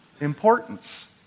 importance